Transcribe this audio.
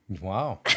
Wow